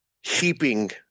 heaping